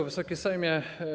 Wysoki Sejmie!